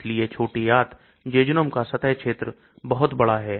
इसलिए छोटी आंत jejunum का सतह क्षेत्र बहुत बहुत बड़ा है